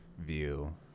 view